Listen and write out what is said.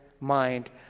mind